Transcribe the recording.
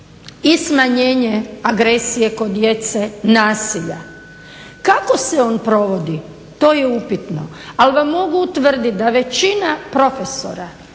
smanjenje agresije kod djece nasilja. Kako se on provodi, to je upitno, ali vam mogu utvrditi da većina profesora,